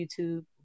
YouTube